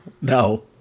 No